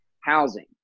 Housing